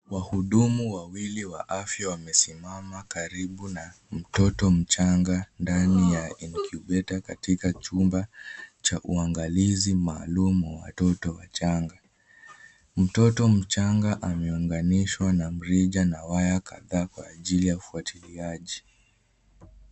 Wahudumu wawili wa afya wamesimama karibu na mtoto mchanga ndani ya incubator katika chumba cha uangalizi maalum wa watoto wachanga. Mtoto mchanga ameunganishwa na mrija na waya kadhaa kwa ajili ya ufuatiliaji.